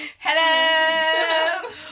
Hello